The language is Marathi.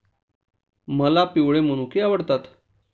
मला पिवळे मनुके आवडतात